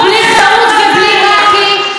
גם כשאת יושבת באופוזיציה,